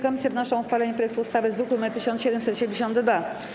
Komisje wnoszą o uchwalenie projektu ustawy z druku nr 1772.